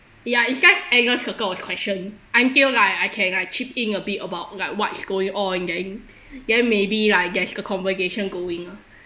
ya it's just endless circle of questions until like I can like chip in a bit about like what's going on then then maybe like that's the conversation going ah